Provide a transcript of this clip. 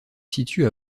situe